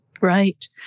Right